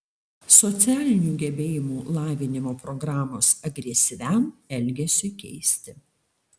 socialinių gebėjimų lavinimo programos agresyviam elgesiui keisti